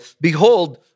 Behold